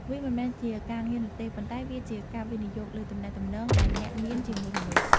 វាមិនមែនជាការងារនោះទេ ប៉ុន្តែវាជាការវិនិយោគលើទំនាក់ទំនងដែលអ្នកមានជាមួយមនុស្ស។